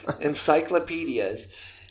encyclopedias